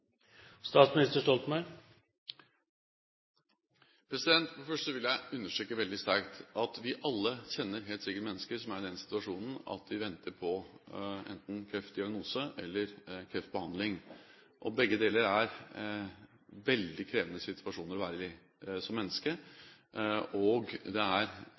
For det første vil jeg understreke veldig sterkt at vi alle helt sikkert kjenner mennesker som er i den situasjonen at de venter på enten en kreftdiagnose eller kreftbehandling. Begge deler er veldig krevende situasjoner å være i som menneske, og det er